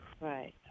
Right